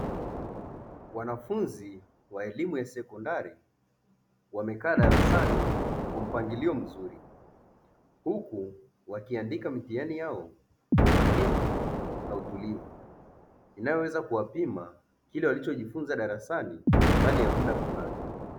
Wanafunzi wa elimu ya sekondari wamekaa darasani kwa mpangilio mzuri, huku wakiandika mitihani yao kwa umakini na utulivu, inayoweza kuwapima kile walichojifunza darasani ndani ya muda fulani.